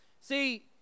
See